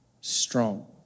strong